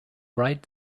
right